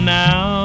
now